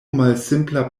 malsimpla